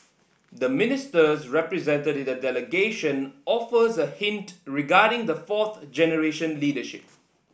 the Ministers represented in the delegation offers a hint regarding the fourth generation leadership